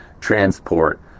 transport